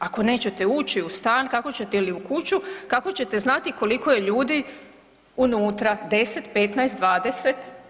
Ako nećete ući u stan kako ili u kuću, kako ćete znati koliko je ljudi unutra, 10, 15, 20?